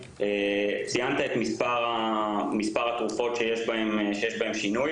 ציינת את מספר התרופות שיש בהן שינוי.